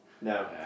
No